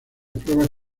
pruebas